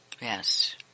Yes